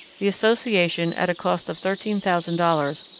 the association, at a cost of thirteen thousand dollars,